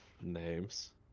names